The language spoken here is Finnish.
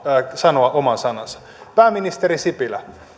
sanoa oman sanansa pääministeri sipilä